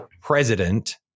president